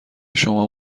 شما